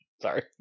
sorry